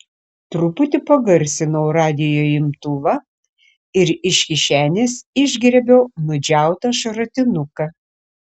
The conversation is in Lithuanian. truputį pagarsinau radijo imtuvą ir iš kišenės išgriebiau nudžiautą šratinuką